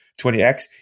20x